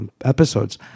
episodes